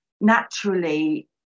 naturally